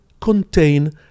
contain